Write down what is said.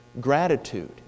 gratitude